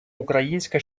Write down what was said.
українська